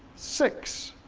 six,